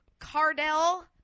Cardell